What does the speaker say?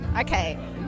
Okay